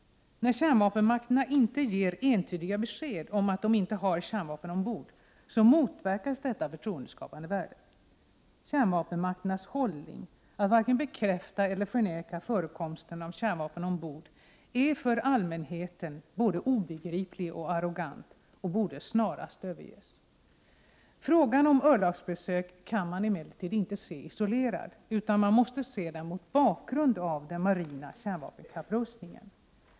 När kärnvapenmakterna inte ger entydiga besked om att de inte har kärnvapen ombord motverkas detta förtroendeskapande värde. Kärnvapenmakternas hållning att varken bekräfta eller dementera förekomsten av kärnvapen ombord är för allmänheten både obegriplig och arrogant och borde snarast överges. Frågan om örlogsbesök kan emellertid inte ses isolerad utan måste ses mot bakgrund av den marina kärnvapenkapprustningen.